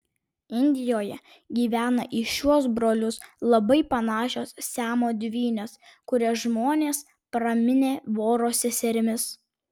indijoje gyvena į šiuos brolius labai panašios siamo dvynės kurias žmonės praminė voro seserimis